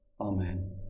Amen